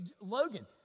Logan